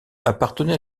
appartenait